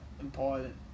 important